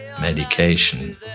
medication